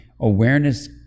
Awareness